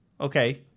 okay